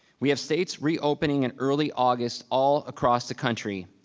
we have states reopening in early august all across the country,